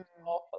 awful